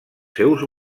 seus